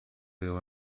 rhyw